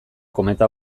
kometa